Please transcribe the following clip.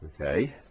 Okay